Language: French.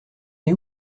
est